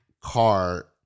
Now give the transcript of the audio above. car